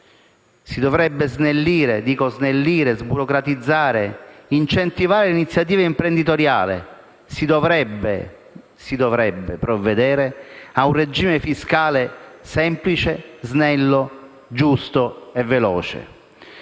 Si dovrebbe snellire, sburocratizzare, incentivare l'iniziativa imprenditoriale e provvedere a un regime fiscale semplice, snello, giusto e veloce.